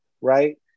Right